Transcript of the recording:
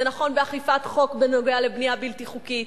זה נכון באכיפת החוק בנוגע לבנייה בלתי חוקית: